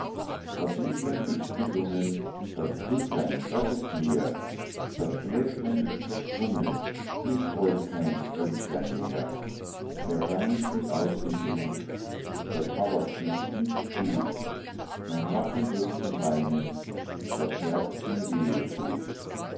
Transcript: das liedlein ist gesungen das krüglein das ist leer das gläslein ist zersprungen mich freut kein trünklein mehr der wein sieht aus wie blut der tabak schmeckt nicht gut mein lachen wird zum weinen das herz mir wehe tut